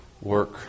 work